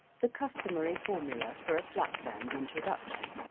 the customary formula for a flatland introduction.